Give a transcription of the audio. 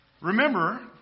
Remember